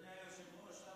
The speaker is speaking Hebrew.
אדוני היושב-ראש,